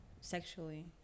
sexually